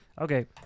Okay